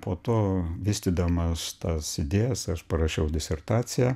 po to vystydamas tas idėjas aš parašiau disertaciją